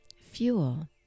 fuel